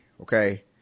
Okay